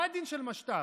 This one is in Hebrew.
מה הדין של משת"פ?